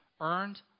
earned